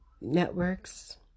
networks